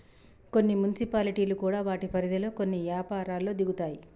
కొన్ని మున్సిపాలిటీలు కూడా వాటి పరిధిలో కొన్ని యపారాల్లో దిగుతాయి